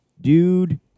dude